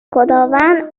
خداوند